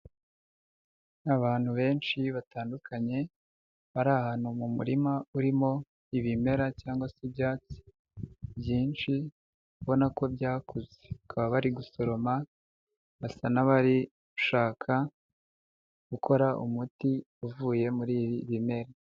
Abantu benshi batandukanye bari ahantu mu murima urimo ibimera cyangwa se ibyatsi byinshi mbona ko byakuze, bakaba bari gusoroma basa n'abari gushaka gukora umuti uvuye muri ibi bimera.